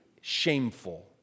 shameful